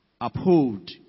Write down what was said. Uphold